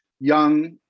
young